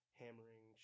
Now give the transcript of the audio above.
hammering